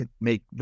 make